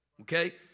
okay